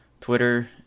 Twitter